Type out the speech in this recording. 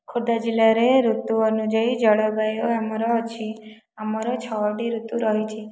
ଖୋର୍ଦ୍ଦା ଜିଲ୍ଲାରେ ଋତୁ ଅନୁଯାଇ ଜଳବାୟୁ ଆମର ଅଛି ଆମର ଛଅଟି ଋତୁ ରହିଛି